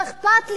לא אכפת לך.